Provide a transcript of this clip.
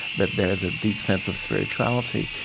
but there is a deep sense of spirituality,